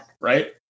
right